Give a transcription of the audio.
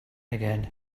again